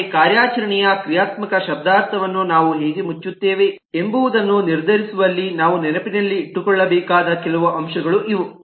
ಆದರೆ ಕಾರ್ಯಾಚರಣೆಯ ಕ್ರಿಯಾತ್ಮಕ ಶಬ್ದಾರ್ಥವನ್ನು ನಾವು ಹೇಗೆ ಮುಚ್ಚುತ್ತೇವೆ ಎಂಬುದನ್ನು ನಿರ್ಧರಿಸುವಲ್ಲಿ ನಾವು ನೆನಪಿನಲ್ಲಿಟ್ಟುಕೊಳ್ಳಬೇಕಾದ ಕೆಲವು ಅಂಶಗಳು ಇವು